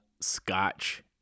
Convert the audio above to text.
Scotch